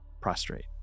prostrate